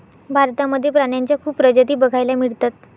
भारतामध्ये प्राण्यांच्या खूप प्रजाती बघायला मिळतात